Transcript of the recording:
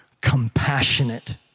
compassionate